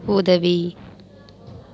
உதவி